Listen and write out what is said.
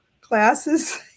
classes